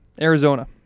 Arizona